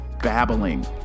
babbling